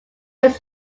was